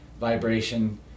vibration